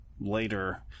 later